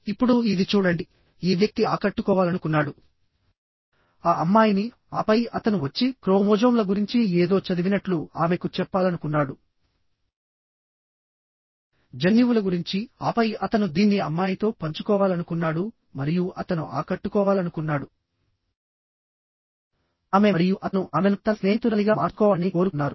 ఇప్పుడు ఇది చూడండి ఈ వ్యక్తి ఆకట్టుకోవాలనుకున్నాడు ఆ అమ్మాయిని ఆపై అతను వచ్చి క్రోమోజోమ్ల గురించి ఏదో చదివినట్లు ఆమెకు చెప్పాలనుకున్నాడు జన్యువుల గురించి ఆపై అతను దీన్ని అమ్మాయితో పంచుకోవాలనుకున్నాడు మరియు అతను ఆకట్టుకోవాలనుకున్నాడు ఆమె మరియు అతను ఆమెను తన స్నేహితురాలిగా మార్చుకోవాలని కోరుకున్నారు